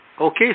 Okay